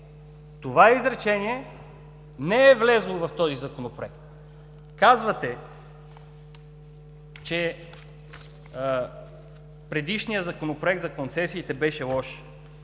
Това изречение не е влязло в този Законопроект. Казвате, че предишният Законопроект за концесиите беше лош.